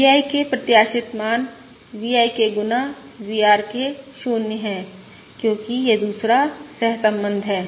V IK प्रत्याशित मान VIK गुना VRK 0 है क्योंकि यह दूसरा सहसंबंध है